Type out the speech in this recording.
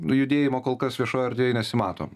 judėjimo kol kas viešoj erdvėj nesimato